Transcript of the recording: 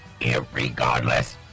Irregardless